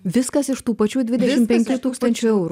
viskas iš tų pačių dvidešim penkių tūkstančių eurų